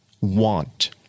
want